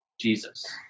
Jesus